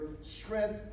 strength